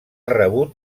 rebut